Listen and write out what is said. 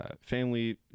family